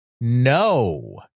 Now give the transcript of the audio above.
No